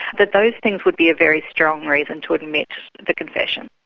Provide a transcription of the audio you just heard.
that those things would be a very strong reason to admit the confession.